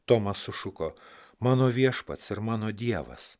tomas sušuko mano viešpats ir mano dievas